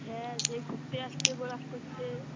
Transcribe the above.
হ্যাঁ যে ঘুরতে যাচ্ছে ভ্লগ করছে